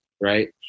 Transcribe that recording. Right